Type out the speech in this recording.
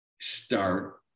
start